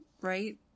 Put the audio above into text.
right